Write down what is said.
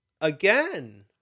again